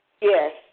Yes